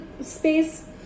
space